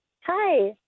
Hi